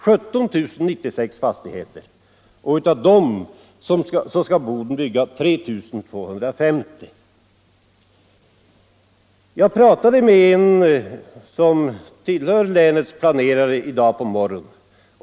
Av dem skall Boden bygga 3 250. Jag talade med en person som tillhör länets planerare i dag på morgonen.